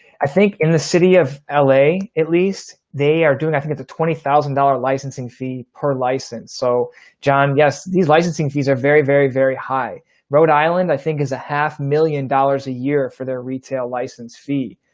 i think in the city of um la, at least they are doing, i think it's a twenty thousand dollars licensing fee per license. so john, yes, these licensing fees are very, very, very high rhode island i think is a half million dollars a year for their retail license fee.